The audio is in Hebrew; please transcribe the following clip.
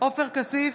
עופר כסיף,